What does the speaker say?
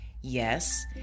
Yes